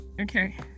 okay